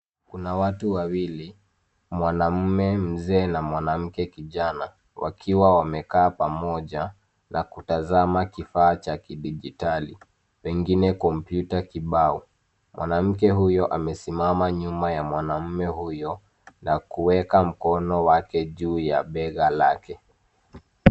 Kuna watu wawili, mwanamume mzee, na mwanamke kijana, wakiwa wamekaa pamoja, na kutazama kifaa cha kidijitali, pengine kompyuta kibao. Mwanamke huyo amesimama nyuma ya mwanaume huyo, na kuweka mkono wake juu ya bega lake.